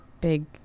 big